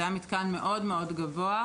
זה היה מתקן מאוד גבוה,